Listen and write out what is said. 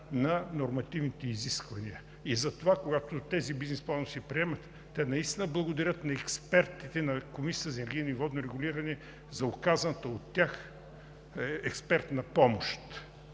на нормативните изисквания. И затова, когато тези бизнес планове се приемат, те наистина благодарят на експертите на Комисията за енергийно и водно регулиране за оказаната от тях експертна помощ.